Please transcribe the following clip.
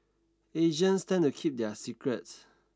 Asians tend to keep their secrets